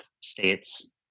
states